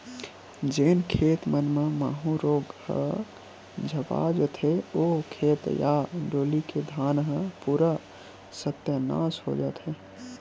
जेन खेत मन म माहूँ रोग ह झपा जथे, ओ खेत या डोली के धान ह पूरा सत्यानास हो जथे